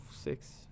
Six